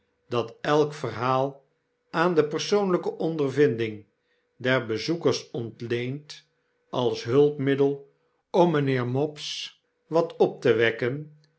dat elk verhaal aan de persoonlpe ondervinding der bezoekers ontleend als hulpmiddel om mynheer mopes wat op te wekken